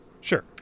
Sure